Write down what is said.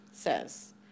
says